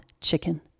chicken